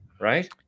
right